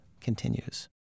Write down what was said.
continues